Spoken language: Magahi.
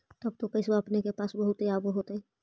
तब तो पैसबा अपने के पास बहुते आब होतय?